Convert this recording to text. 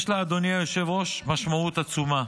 יש לה, אדוני היושב-ראש, משמעות עצומה,